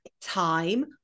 time